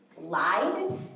lied